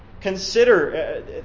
Consider